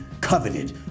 coveted